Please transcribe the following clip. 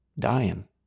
dying